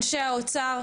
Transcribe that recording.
אנשי האוצר,